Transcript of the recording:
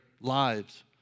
lives